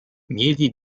mieli